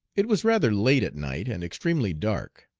it was rather late at night and extremely dark.